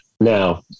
now